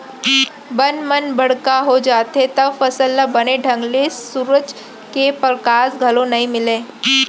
बन मन बड़का हो जाथें तव फसल ल बने ढंग ले सुरूज के परकास घलौ नइ मिलय